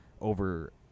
over